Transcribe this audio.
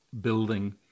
building